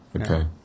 Okay